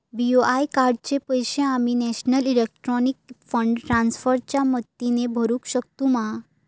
BOI कार्डाचे पैसे आम्ही नेशनल इलेक्ट्रॉनिक फंड ट्रान्स्फर च्या मदतीने भरुक शकतू मा?